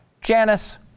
Janice